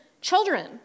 children